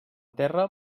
terra